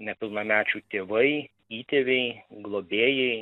nepilnamečių tėvai įtėviai globėjai